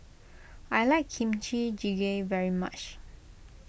I like Kimchi Jjigae very much